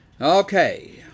Okay